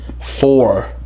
four